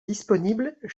disponibles